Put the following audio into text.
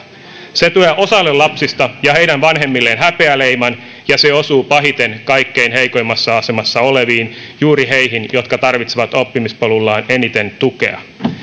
se tuo osalle lapsista ja heidän vanhemmilleen häpeäleiman ja se osuu pahiten kaikkein heikoimmassa asemassa oleviin juuri heihin jotka tarvitsevat oppimispolullaan eniten tukea